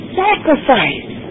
sacrifice